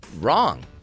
wrong